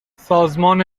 سازمان